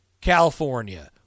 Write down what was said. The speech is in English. California